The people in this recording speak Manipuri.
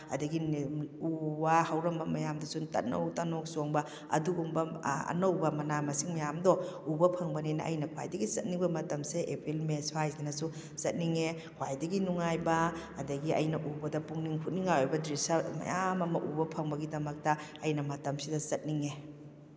ꯑꯗꯒꯤ ꯎ ꯋꯥ ꯍꯧꯔꯝꯕ ꯃꯌꯥꯝꯗꯨꯁꯨ ꯇꯅꯧ ꯇꯅꯧ ꯆꯣꯡꯕ ꯑꯗꯨꯒꯨꯝ ꯑꯅꯧꯕ ꯃꯅꯥ ꯃꯁꯤꯡ ꯃꯌꯥꯝꯗꯣ ꯎꯕ ꯐꯪꯕꯅꯤꯅ ꯑꯩꯅ ꯈ꯭ꯋꯥꯏꯗꯒꯤ ꯆꯠꯅꯤꯡꯕ ꯃꯇꯝꯁꯦ ꯑꯦꯄ꯭ꯔꯤꯜ ꯃꯦ ꯁ꯭ꯋꯥꯏꯁꯤꯗꯅꯁꯨ ꯆꯠꯅꯤꯡꯉꯦ ꯈ꯭ꯋꯥꯏꯗꯒꯤ ꯅꯨꯡꯉꯥꯏꯕ ꯑꯗꯒꯤ ꯑꯩꯅ ꯎꯕꯗ ꯄꯨꯛꯅꯤꯡ ꯍꯨꯅꯤꯡꯉꯥꯏ ꯑꯣꯏꯕ ꯗ꯭ꯔꯤꯁꯥ ꯃꯌꯥꯝ ꯑꯃ ꯎꯕ ꯐꯪꯕꯒꯤꯗꯃꯛꯇ ꯑꯩꯅ ꯃꯇꯝꯁꯤꯗ ꯆꯠꯅꯤꯡꯉꯦ